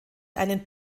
einen